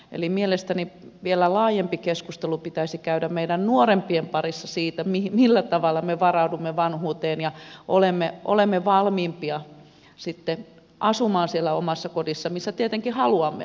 eli mielestäni vielä laajempi keskustelu pitäisi käydä meidän nuorempien parissa siitä millä tavalla me varaudumme vanhuuteen ja olemme valmiimpia asumaan siellä omassa kodissa missä tietenkin haluamme asua